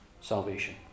salvation